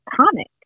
comic